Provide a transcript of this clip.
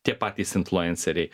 tie patys influenceriai